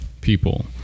people